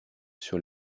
sur